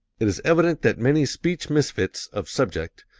it is evident that many speech-misfits of subject,